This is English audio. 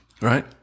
Right